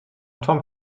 tom